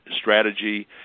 strategy